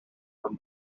from